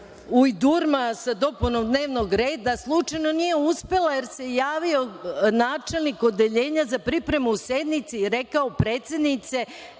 ujdurma sa dopunom dnevnog reda slučajno nije uspela, jer se javio načelnik Odeljenja za pripremu sednice i rekao – predsednice,